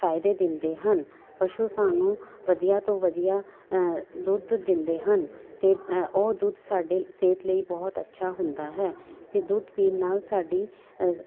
ਫਾਇਦੇ ਦਿੰਦੇ ਹਨ ਪਸ਼ੂ ਸਾਨੂੰ ਵਧੀਆ ਤੋਂ ਵਧੀਆ ਦੁੱਧ ਦਿੰਦੇ ਹਨ ਅਤੇ ਅ ਉਹ ਦੁੱਧ ਸਾਡੇ ਸਿਹਤ ਲਈ ਬਹੁਤ ਅੱਛਾ ਹੁੰਦਾ ਹੈ ਅਤੇ ਦੁੱਧ ਪੀਣ ਨਾਲ ਸਾਡੀ ਅਸ